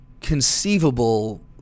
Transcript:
conceivable